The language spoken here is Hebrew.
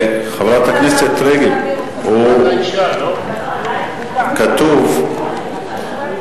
לאיזו ועדה הוא ממליץ להעביר אותו?